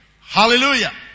Hallelujah